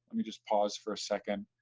me just pause for a second,